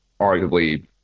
arguably –